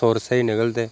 सुर स्हेई निकलदे